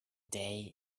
day